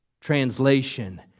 Translation